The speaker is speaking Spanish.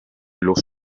los